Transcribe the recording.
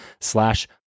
slash